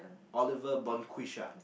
Oliver bon Quesha